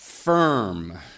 firm